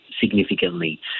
significantly